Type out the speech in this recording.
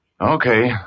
Okay